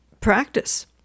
practice